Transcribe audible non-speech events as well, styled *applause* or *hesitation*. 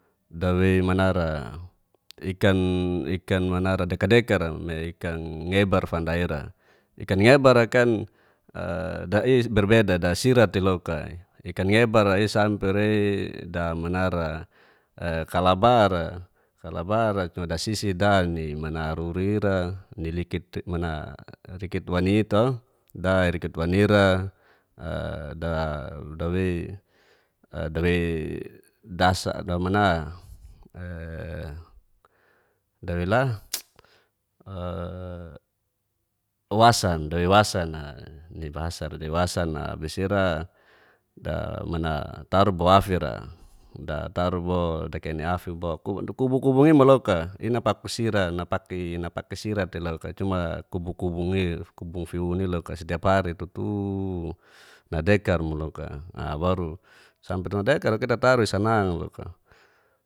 Dawei manara, ikan-ikan manara deka-dekara *unintelligible* ikang ngebar fanda ira. Ikan ngebara kan dais berbedara dasira te loka, ikan ngebara'i sampe rei damanara *hesitation* kalabar'a cuma dasisidan'i manarura ira nirikit' mana rikit wani'i to darikit wani'i ra *hesitation* dawei-dawei dasada mana *hesitation* dawila *noise* oasan dawiwasan'a nibahasaea diwasan'a abis ira da mana taru bua'fira da' taru bo *unintelligible* ina paku sira napaki- napakai sira tei loka cuma kubu-kubungif kubungfiuni loka setiap hari tutu nadekar mo loka *hesitation* baru sampe nadekar kita tau de sanang'i loka.